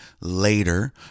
later